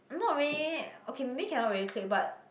not really okay maybe cannot really click but